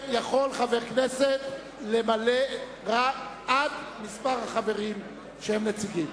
חבר הכנסת יכול למלא עד מספר החברים שהם נציגים.